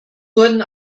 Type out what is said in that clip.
wurden